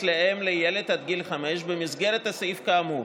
לאם לילד עד גיל חמש במסגרת הסעיף כאמור,